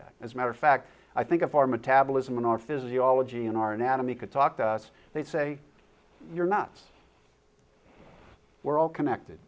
that as a matter of fact i think if our metabolism and our physiology and our anatomy could talk to us they'd say you're nuts we're all connected